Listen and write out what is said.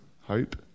hope